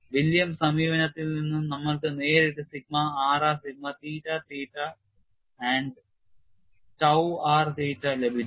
Williams സമീപനത്തിൽ നിന്ന് നമ്മൾക്കു നേരിട്ട് sigma rr sigma theta theta and tau r theta ലഭിച്ചു